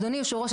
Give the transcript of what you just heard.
אדוני יושב הראש,